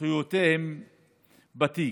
זכויותיהם בתיק,